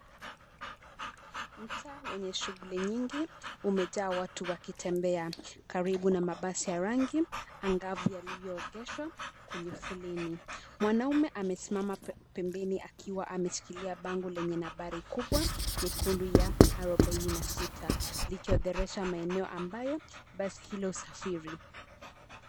Mtaa wenye shughuli nyingi, umejaa watu wakitembea, karibu na mabasi ya rangi, angavu yaliyoegeshwa, kwenye foleni, mwanaume amesimama pembeni akiwa ameshikilia bango lenye nambari kubwa, nyekundu ya, arubaini na sita, likiorodhesha maeneo ambayo, basi hilo husafiri.